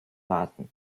warten